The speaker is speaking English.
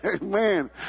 Amen